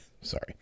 sorry